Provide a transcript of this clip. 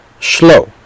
slow